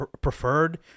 preferred